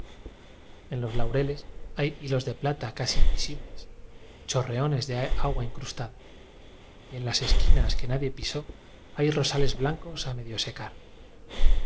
en los laureles hay hilos de plata casi invisibles chorreones de agua incrustada y en las esquinas que nadie pisó hay rosasales blancos a medio secar